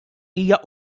hija